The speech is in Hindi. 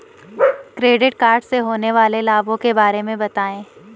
क्रेडिट कार्ड से होने वाले लाभों के बारे में बताएं?